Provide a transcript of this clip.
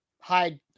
hide